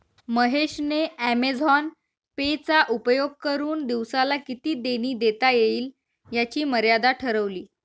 महेश ने Amazon Pay चा उपयोग करुन दिवसाला किती देणी देता येईल याची मर्यादा ठरवली